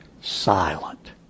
silent